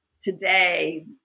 today